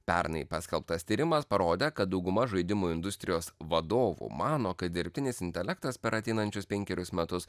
pernai paskelbtas tyrimas parodė kad dauguma žaidimų industrijos vadovų mano kad dirbtinis intelektas per ateinančius penkerius metus